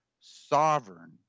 sovereign